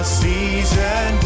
season